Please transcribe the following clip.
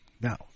Now